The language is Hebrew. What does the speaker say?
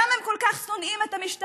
למה הם כל כך שונאים את המשטרה?